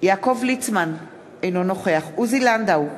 יעקב ליצמן, אינו נוכח עוזי לנדאו,